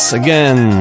again